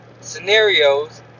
scenarios